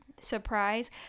surprise